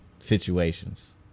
situations